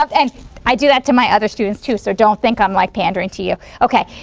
and i do that to my other students, too, so don't think i'm like pandering to you, okay?